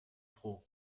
froh